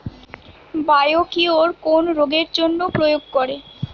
Biocure কোন রোগেরজন্য প্রয়োগ করে?